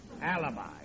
Alibi